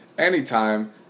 anytime